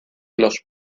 los